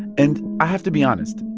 and i have to be honest.